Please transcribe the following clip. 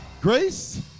Grace